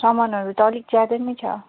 सामानहरू त अलिक ज्यादा नै छ